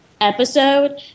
episode